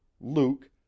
Luke